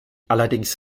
allerdings